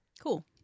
Cool